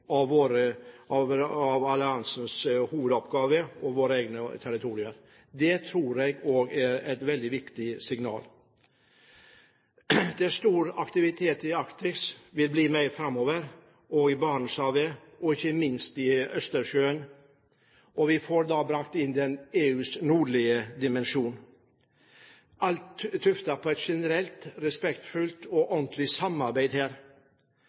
av alliansens hovedoppgave og våre egne territorier. Det tror jeg også er et veldig viktig signal. Det er stor aktivitet i Arktis og vil bli det mer framover i Barentshavet – og ikke minst i Østersjøen. Vi får da brakt inn EUs nordlige dimensjon, alt tuftet på et generelt, respektfullt og ordentlig samarbeid her.